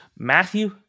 Matthew